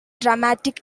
dramatic